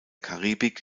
karibik